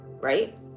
right